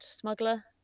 smuggler